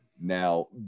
Now